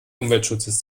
umweltschutzes